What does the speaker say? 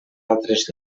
altres